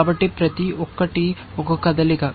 కాబట్టి ప్రతి ఒక్కటి ఒక కదలిక